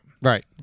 Right